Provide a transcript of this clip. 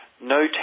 no